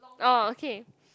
orh okay